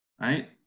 right